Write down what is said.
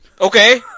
okay